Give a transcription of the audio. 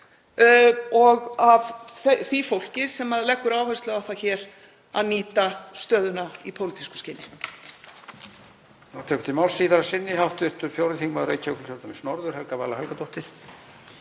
og af því fólki sem leggur áherslu á það hér að nýta stöðuna í pólitísku skyni.